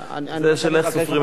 השאלה היא איך סופרים את הימים.